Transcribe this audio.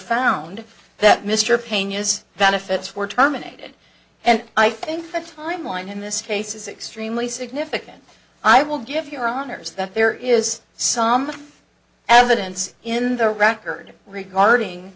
found that mr pena is that if it's were terminated and i think the timeline in this case is extremely significant i will give your honour's that there is some evidence in the record regarding